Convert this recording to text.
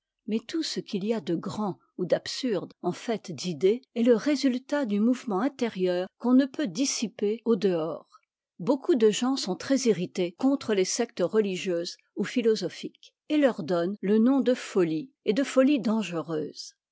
mais tout ce qu'il y a de grand ou d'absurde en fait d'idées est le résultat du mouvement intérieur qu'on ne peut dissiper au dehors beaucoup de gens sont très irrités contre les sectes religieuses ou philosophiques et leur donnent le nom de folies et de folies dangereuses